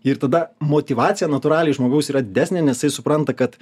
ir tada motyvacija natūraliai žmogaus yra didesnė nes jis supranta kad